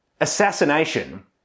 Assassination